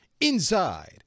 inside